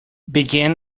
begin